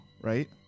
right